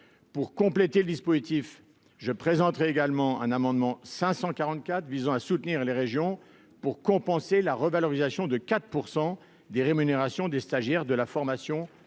Pour compléter le dispositif, je présenterai l'amendement n° 544 visant à soutenir les régions en compensant la revalorisation de 4 % des rémunérations des stagiaires de la formation professionnelle.